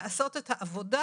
לעשות את העבודה